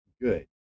good